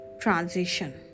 transition